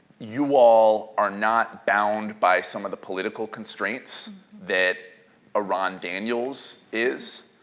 you all are not bound by some of the political constraints that a ron daniels is.